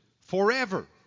forever